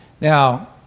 Now